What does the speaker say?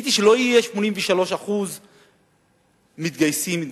ציפיתי שלא יהיו 83% מתגייסים דרוזים.